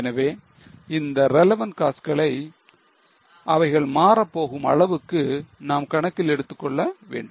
எனவே இந்த relevant cost களை அவைகள் மாறப் போகும் அளவுக்கு நாம் கணக்கில் எடுத்துக்கொள்ள வேண்டும்